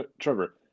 trevor